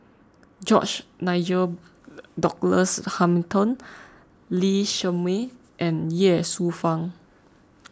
George Nigel Douglas Hamilton Lee Shermay and Ye Shufang